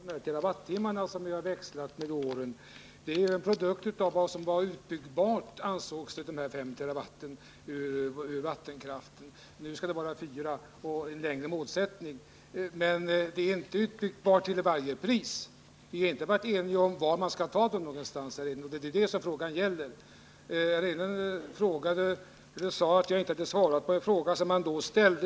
Herr talman! Jag vill inte ta upp någon debatt om de här terawattimmarna, som växlat med åren. De fem terawattimmarna var en produkt av vad man ansåg vara utbyggbart i fråga om vattenkraft. Nu skall det vara fyra terawattimmar och en längre målsättning. Men det är inte fråga om att kunna bygga ut till varje pris. Vi har inte varit eniga om var vi skall ta terawattimmarna någonstans, och det är detta frågan gäller. Eric Enlund sade att jag inte hade svarat på en fråga som han då ställde.